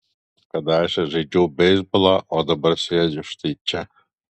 kadaise žaidžiau beisbolą o dabar sėdžiu štai čia